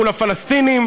מול הפלסטינים